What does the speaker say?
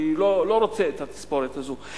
אני לא רוצה את התספורת הזאת.